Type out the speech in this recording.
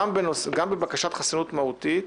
גם בבקשת חסינות מהותית,